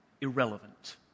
irrelevant